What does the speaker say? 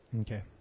Okay